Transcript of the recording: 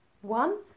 One